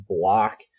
block